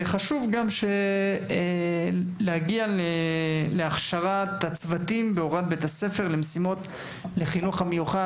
חשוב להגיע להכשרת הצוותים בהוראת בית הספר למשימות לחינוך המיוחד.